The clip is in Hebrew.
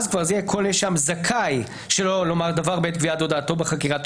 אז כל נאשם יהיה זכאי שלא לומר דבר בעת גביית הודעתו בחקירתו